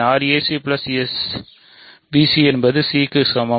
rac sbc என்பது c க்கு சமம்